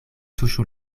tuŝu